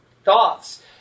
Thoughts